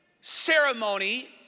ceremony